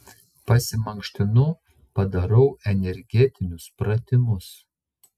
pasimankštinu padarau energetinius pratimus